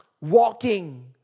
walking